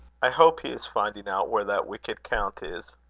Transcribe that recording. i hope he is finding out where that wicked count is.